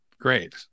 great